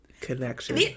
Connection